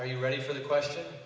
are you ready for the question